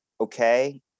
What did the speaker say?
okay